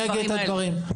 אני אגיד את הדברים.